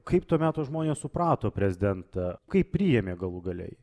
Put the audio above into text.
kaip to meto žmonės suprato prezidentą kaip priėmė galų gale jį